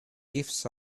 gifts